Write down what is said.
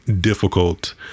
difficult